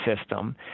system